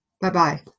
Bye-bye